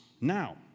Now